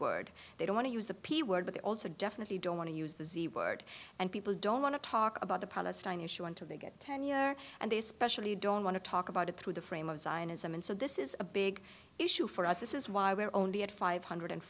word they don't want to use the p word but they also definitely don't want to use the z word and people don't want to talk about the palestine issue until they get tenure and they especially don't want to talk about it through the frame of zionism and so this is a big issue for us this is why we're only at five hundred